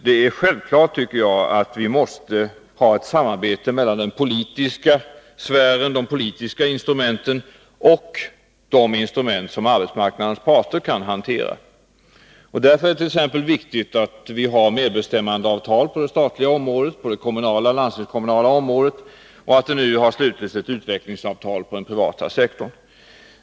Det är självklart, tycker jag, att vi måste ha en samverkan mellan de politiska instrumenten och de instrument som arbetsmarknadens parter kan hantera. Därför är det viktigt att vi har medbestämmandeavtal på det statliga, kommunala och landstingskommunala området och att det nu har slutits ett utvecklingsavtal inom den privata sektorn.